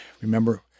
Remember